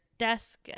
desk